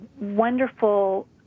wonderful